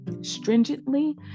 stringently